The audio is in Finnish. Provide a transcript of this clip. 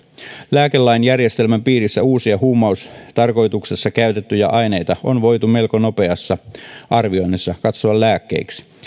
lääkelain järjestelmän piirissä uusia huumaustarkoituksessa käytettyjä aineita on voitu melko nopeassa arvioinnissa katsoa lääkkeiksi